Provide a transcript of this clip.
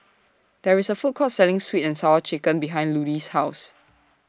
There IS A Food Court Selling Sweet and Sour Chicken behind Ludie's House